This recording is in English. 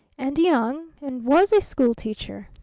and young. and was a school-teacher.